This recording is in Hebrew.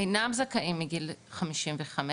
אינם זכאים מגיל 55,